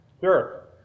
Sure